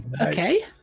Okay